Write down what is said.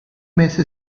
mese